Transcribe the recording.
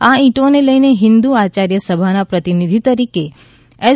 આ ઇંટો લઈને હિન્દુ આચાર્ય સભાના પ્રતિનિધિ તરીકે એસ